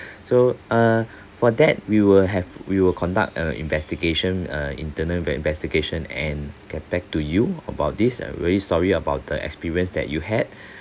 so uh for that we will have we will conduct a investigation a internal investigation and get back to you about this I'm really sorry about the experience that you had